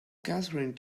catherine